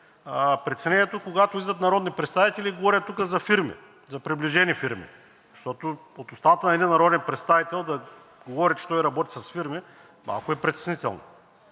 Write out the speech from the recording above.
притеснението, когато излизат народни представители и говорят тук за приближени фирми, защото от устата на един народен представител да говори, че той работи с фирми, малко е притеснително.